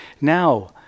now